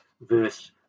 verse